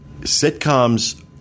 Sitcoms